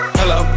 hello